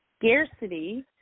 scarcity